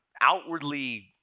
outwardly